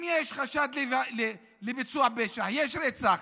אם יש חשד לביצוע פשע, אם יש רצח,